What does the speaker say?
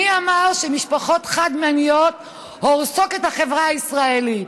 מי אמר שמשפחות חד-מיניות הורסות את החברה הישראלית?